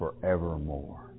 forevermore